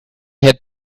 had